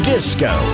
Disco